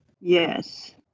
Yes